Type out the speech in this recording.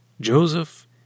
Joseph